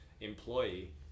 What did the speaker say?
employee